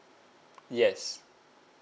yes